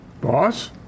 Boss